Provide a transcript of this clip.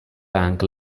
bank